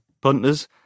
punters